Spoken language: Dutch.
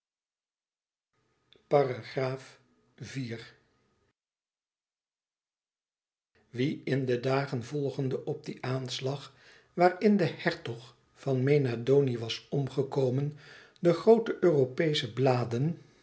wie in de dagen volgende op dien aanslag waarin de hertog van mena doni was omgekomen de groote europeesche bladen